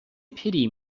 pity